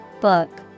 book